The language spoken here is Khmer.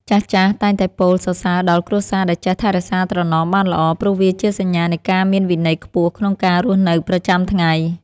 ចាស់ៗតែងតែពោលសរសើរដល់គ្រួសារដែលចេះថែរក្សាត្រណមបានល្អ ព្រោះវាជាសញ្ញានៃការមានវិន័យខ្ពស់ក្នុងការរស់នៅប្រចាំថ្ងៃ។